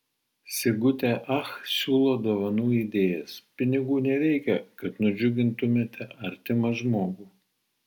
sigutė ach siūlo dovanų idėjas pinigų nereikia kad nudžiugintumėte artimą žmogų